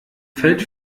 fällt